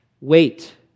Wait